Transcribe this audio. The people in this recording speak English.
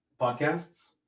podcasts